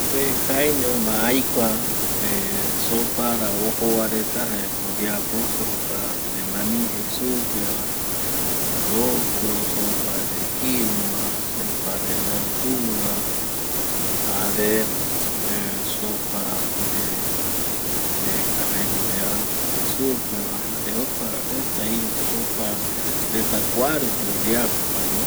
Se jaeñoma aikua sopa ra ojo va reta jaeko oyeapo sopa de mani jei supe va, locro, sopa de quinoa, sopa de verdura jare sopa de cabello de angel jei supe va jare jokua jeta iru sopa reta kuarupi oyeapo va no